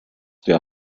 der